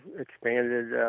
expanded